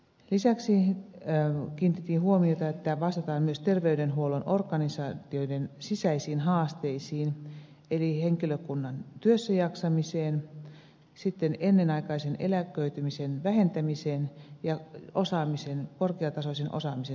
lisäksi kiinnitettiin huomiota siihen että vastataan myös terveydenhuollon organisaatioiden sisäisiin haasteisiin eli henkilökunnan työssäjaksamiseen ennenaikaisen eläköitymisen vähentämiseen ja korkeatasoisen osaamisen säilymiseen